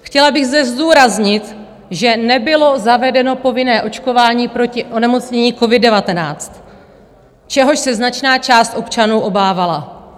Chtěla bych zde zdůraznit, že nebylo zavedeno povinné očkování proti onemocnění covid19, čehož se značná část občanů obávala.